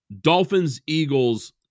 Dolphins-Eagles